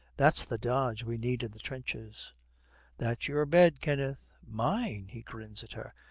that's the dodge we need in the trenches that's your bed, kenneth mine? he grins at her.